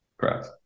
Correct